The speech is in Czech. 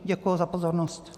Děkuji za pozornost.